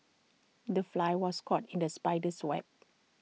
the fly was caught in the spider's web